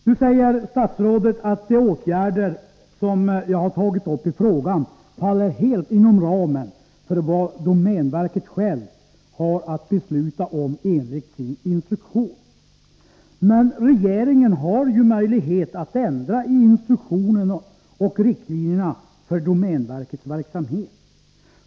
Nu säger statsrådet att de åtgärder som jag har tagit upp i frågan faller helt inom ramen för vad domänverket självt har att besluta om enligt sin instruktion. Men regeringen har möjlighet att ändra i instruktionen och riktlinjerna för domänverkets verksamhet.